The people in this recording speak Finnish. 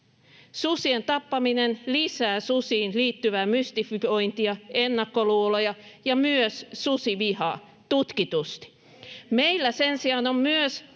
Susien tappaminen lisää susiin liittyvää mystifiointia, ennakkoluuloja ja myös susivihaa, tutkitusti. [Anne Kalmari: Ei!